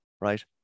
right